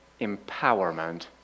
empowerment